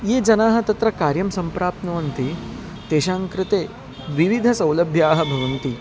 ये जनाः तत्र कार्यं सम्प्राप्नुवन्ति तेषां कृते विविधसौलभ्याः भवन्ति